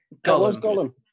Gollum